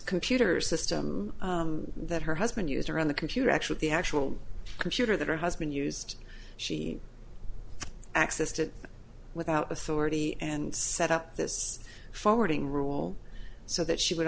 computer system that her husband used her on the computer actually the actual computer that her husband used she accessed it without authority and set up this forwarding rule so that she would